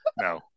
no